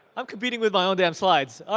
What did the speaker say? i'm competing with my own damned slides